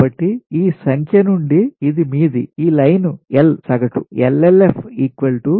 కాబట్టి ఈ సంఖ్య నుండి ఇది మీది ఈ లైన్ L సగటు